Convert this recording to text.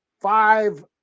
five